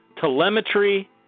telemetry